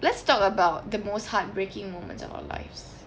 let's talk about the most heartbreaking moments of our lives